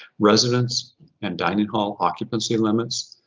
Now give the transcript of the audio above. residence and dining hall occupancy limits,